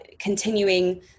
continuing